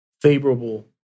favorable